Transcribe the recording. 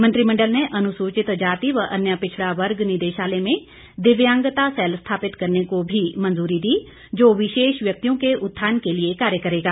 मंत्रिमंडल ने अनुसूचित जाति व अन्य पिछड़ा वर्ग निदेशालय में दिव्यांगता सैल स्थापित करने को भी मंजूरी दी जो विशेष व्यक्तियों के उत्थान के लिए कार्य करेगा